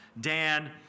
Dan